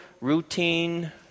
routine